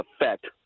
effect